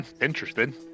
interesting